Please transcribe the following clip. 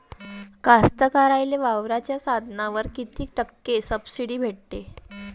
कास्तकाराइले वावराच्या साधनावर कीती टक्के सब्सिडी भेटते?